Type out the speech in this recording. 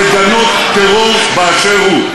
לגנות טרור באשר הוא,